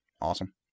Awesome